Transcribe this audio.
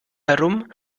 herum